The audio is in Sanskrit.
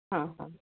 हा हा